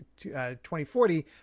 2040